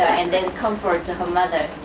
and then comforted her mother,